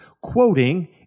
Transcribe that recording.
Quoting